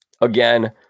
Again